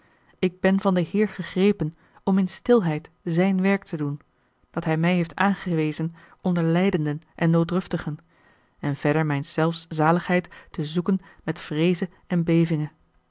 ik ben van den heer gegrepen om in stilheid zijn werk te doen dat hij mij heeft aangewezen onder lijdenden en nooddruftigen en verder mijns zelfs zaligheid te zoeken met vreeze en bevinge